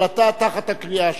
אבל אתה תחת הקריאה השלישית.